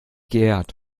geehrt